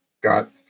got